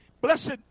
Blessed